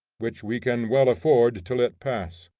which we can well afford to let pass,